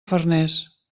farners